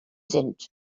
sind